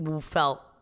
felt